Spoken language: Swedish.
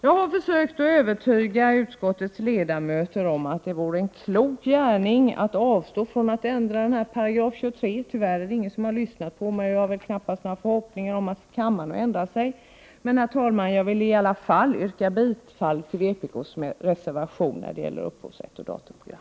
Jag har försökt att övertyga utskottets ledamöter om att det vore en klok gärning att avstå från att ändra 23 §. Tyvärr är det ingen som har lyssnat på mig, och jag har väl knappast någon förhoppning om att få kammaren att ändra sig. Men, herr talman, jag vill i alla fall yrka bifall till vpk:s reservation när det gäller upphovsrätt och datorprogram.